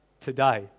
today